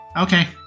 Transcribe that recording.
Okay